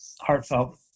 heartfelt